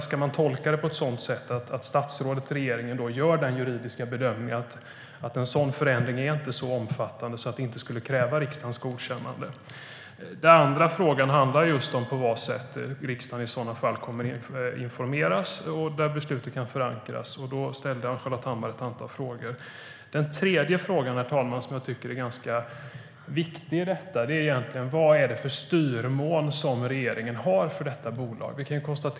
Ska jag tolka det som att statsrådet och regeringen gör den juridiska bedömningen att denna förändring inte är så omfattande att den kräver riksdagens godkännande? Den andra frågan handlar om på vilket sätt riksdagen i så fall kommer att informeras och beslutet förankras. Ann-Charlotte Hammar ställde ett antal frågor om detta. Den tredje frågan, som är ganska viktig i sammanhanget, är: Vad har regeringen för styrmån för detta bolag?